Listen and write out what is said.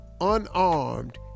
unarmed